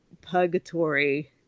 purgatory